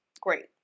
great